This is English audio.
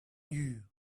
you